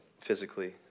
physically